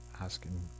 asking